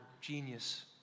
genius